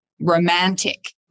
romantic